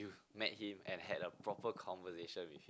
met him and had a proper conversation with